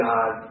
God